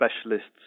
specialists